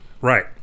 Right